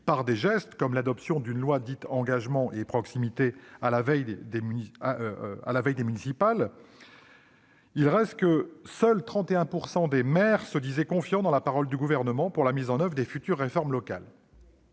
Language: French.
des gestes comme l'adoption d'une loi dite Engagement et proximité, il reste que, à la veille des municipales, seuls 31 % des maires disaient avoir confiance dans la parole du Gouvernement pour la mise en oeuvre des futures réformes locales.